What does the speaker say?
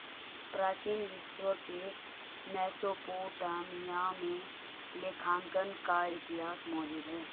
प्राचीन विश्व के मेसोपोटामिया में लेखांकन का इतिहास मौजूद है